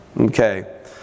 Okay